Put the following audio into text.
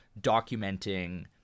documenting